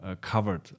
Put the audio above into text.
Covered